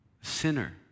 sinner